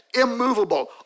immovable